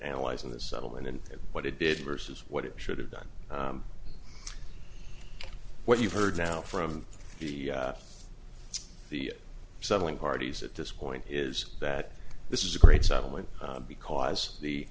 analyzing this settlement and what it did worse is what it should have done what you've heard now from the the settling parties at this point is that this is a great settlement because the